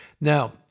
Now